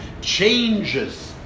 changes